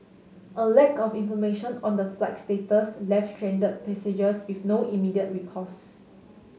a lack of information on the flight's status left stranded passengers with no immediate recourse